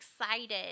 excited